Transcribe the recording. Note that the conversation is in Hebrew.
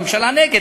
הממשלה נגד,